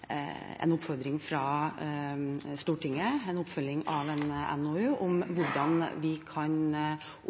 oppfølging av en NOU om hvordan vi kan